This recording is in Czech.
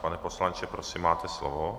Pane poslanče, prosím, máte slovo.